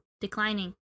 declining